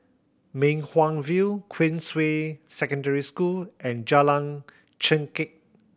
Mei Hwan View Queensway Secondary School and Jalan Chengkek